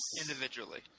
individually